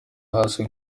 hasi